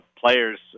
players